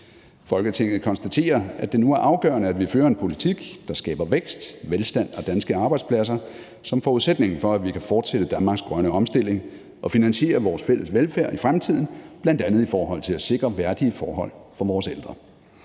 Folketinget konstaterer, at det nu er afgørende, at vi fører en politik, der skaber vækst, velstand og danske arbejdspladser som forudsætningen for, at vi kan fortsætte Danmarks grønne omstilling og finansiere vores fælles velfærd i fremtiden, bl.a. i forhold til at sikre værdige forhold for vores ældre.